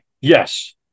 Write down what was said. Yes